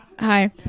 hi